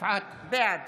בעד